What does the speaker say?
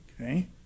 Okay